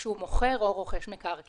כשהוא מוכר או רוכש מקרקעין.